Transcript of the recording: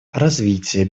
развитие